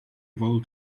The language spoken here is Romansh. voul